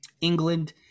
England